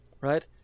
right